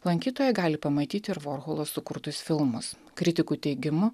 lankytojai gali pamatyti ir vorholo sukurtus filmus kritikų teigimu